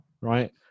right